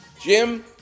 Jim